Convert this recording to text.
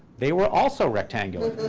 they were also rectangular.